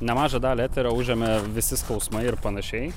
nemažą dalį eterio užėmė visi skausmai ir panašiai